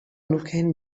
nukeen